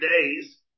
days